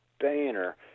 banner